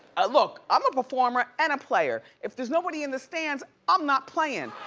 ah look, i'm a performer and a player. if there's nobody in the stands, i'm not playin'.